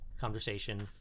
conversation